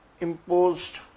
imposed